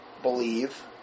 believe